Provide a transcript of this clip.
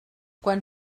quan